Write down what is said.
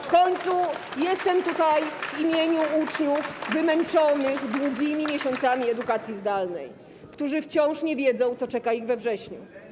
W końcu jestem tutaj w imieniu uczniów wymęczonych długimi miesiącami edukacji zdalnej, którzy wciąż nie wiedzą, co czeka ich we wrześniu.